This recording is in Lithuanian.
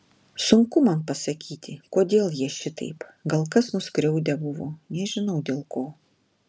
sunku man pasakyti kodėl jie šitaip gal kas nuskriaudę buvo nežinau dėl ko